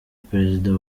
perezida